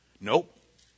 Nope